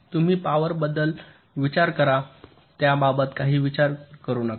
तुम्ही पॉवर बद्दल विचार करा त्या बाबत काही करू नका